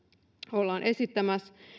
ollaan esittämässä